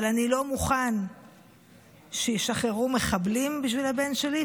אבל אני לא מוכן שישחררו מחבלים בשביל הבן שלי,